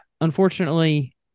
unfortunately